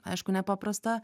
aišku nepaprasta